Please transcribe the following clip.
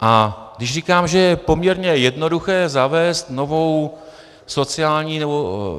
A když říkám, že je poměrně jednoduché zavést novou sociální